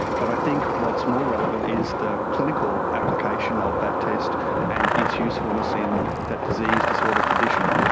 but i think what's more relevant is the clinical application of that test and its usefulness in that disease, disorder, condition.